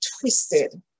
twisted